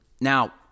Now